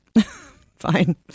Fine